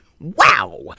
wow